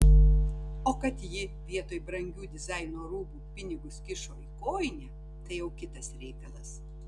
o kad ji vietoj brangių dizaino rūbų pinigus kišo į kojinę tai jau kitas reikalas